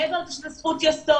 מעבר לזה שזאת זכות יסוד,